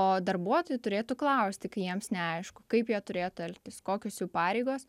o darbuotojai turėtų klausti kai jiems neaišku kaip jie turėtų elgtis kokios jų pareigos